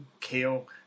kale